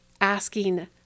asking